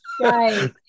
Right